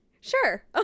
sure